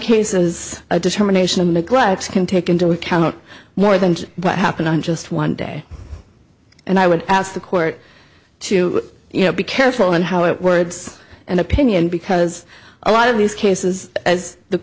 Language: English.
cases a determination of the gripes can take into account more than what happened on just one day and i would ask the court to you know be careful in how it words and opinion because a lot of these cases as the